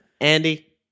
Andy